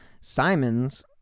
Simons